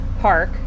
park